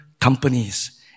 companies